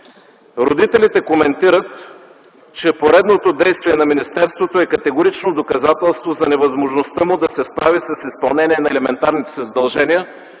Родителите коментират, че поредното действие на министерството е категорично доказателство за невъзможността му да се справи с изпълнение на елементарните си задължения.